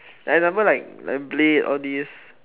like example like blade all these